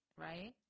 right